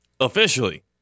Officially